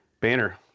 Banner